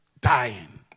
dying